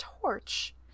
torch